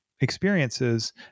experiences